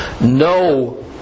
No